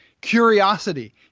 curiosity